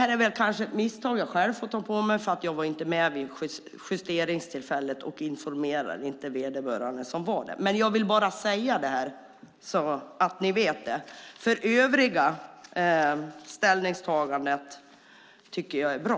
Jag får kanske själv ta på mig detta misstag eftersom jag inte var med vid justeringen av betänkandet för att informera vederbörande. Men jag vill ändå säga detta så att ni vet det. Övriga ställningstaganden tycker jag är bra.